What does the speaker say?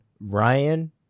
Ryan